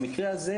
במקרה הזה,